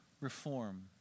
reform